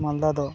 ᱢᱟᱞᱫᱟ ᱫᱚ